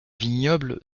vignoble